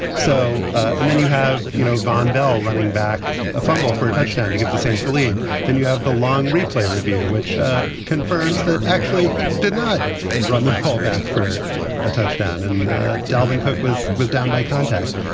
so. and then you have, you know, vonn bell running back a fumble for a touchdown to give the saints the lead. then you have the long replay review, which confirms that actually he did not run the ball back for a touchdown and dalvin cook was was down by contact.